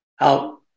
out